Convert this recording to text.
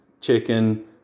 chicken